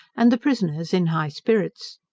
and the prisoners in high spirits.